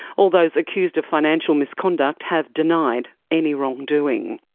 all those accused of financial misconduct have denied any wrongdoing.